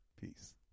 Peace